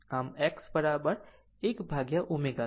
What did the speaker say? આમ x 1 ભાગ્યા ω c